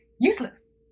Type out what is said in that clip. useless